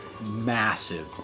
massive